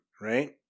right